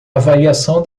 avaliação